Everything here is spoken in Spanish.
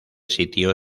sitio